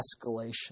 escalation